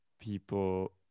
people